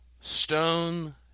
stone